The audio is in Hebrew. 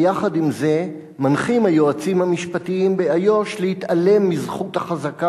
ויחד עם זה מנחים היועצים המשפטיים באיו"ש להתעלם מזכות החזקה